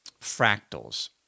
fractals